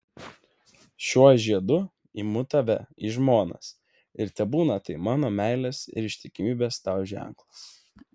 šiuo žiedu imu tave į žmonas ir tebūna tai mano meilės ir ištikimybės tau ženklas